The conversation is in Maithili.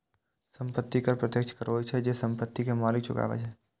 संपत्ति कर प्रत्यक्ष कर होइ छै, जे संपत्ति के मालिक चुकाबै छै